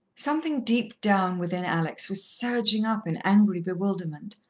something deep down within alex was surging up in angry bewilderment,